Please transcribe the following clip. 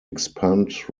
expand